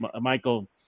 Michael